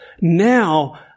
Now